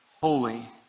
holy